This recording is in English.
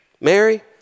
Mary